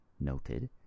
noted